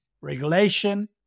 Regulation